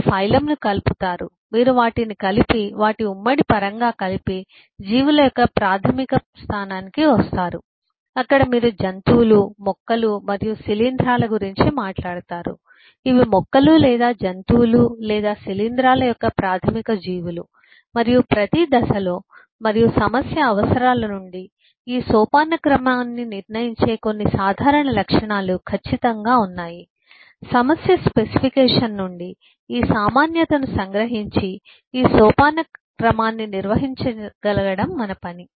మీరు ఫైలమ్ను కలుపుతారు మీరు వాటిని కలిపి వాటి ఉమ్మడి పరంగా కలిపి జీవుల యొక్క ప్రాధమిక రాజ్యానికి వస్తారు అక్కడ మీరు జంతువులు మొక్కలు మరియు శిలీంధ్రాల గురించి మాట్లాడుతారు ఇవి మొక్కలు లేదా జంతువులు లేదా శిలీంధ్రాల యొక్క ప్రాధమిక జీవులు మరియు ప్రతి దశలో మరియు సమస్య అవసరాల నుండి ఈ సోపానక్రమాన్ని నిర్ణయించే కొన్ని సాధారణ లక్షణాలు ఖచ్చితంగా ఉన్నాయి సమస్య స్పెసిఫికేషన్ నుండి ఈ సామాన్యతను సంగ్రహించి ఈ సోపానక్రమాన్ని నిర్వహించగలగడం మన పని